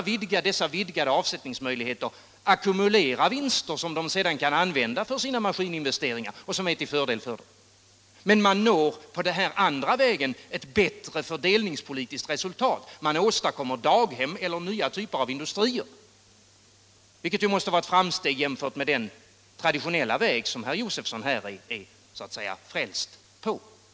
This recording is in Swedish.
Genom dessa vidgade avsättningsmöjligheter kan de ackumulera vinster som de sedan kan använda för de maskininvesteringar som är = Förlängd tid för till fördel för dem. särskilt investe Man når på den andra vägen ett bättre fördelningspolitiskt resultat — ringsavdrag och — man åstadkommer daghem eller nya typer av industrier, vilket måste statligt investeringsvara ett framsteg jämfört med den traditionella väg som herr Josefson = bidrag är så att säga frälst på.